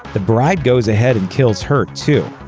the bride goes ahead and kills her, too.